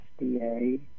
FDA